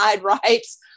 rights